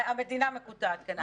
המדינה מקוטעת, כן.